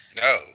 No